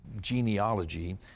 genealogy